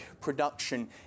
production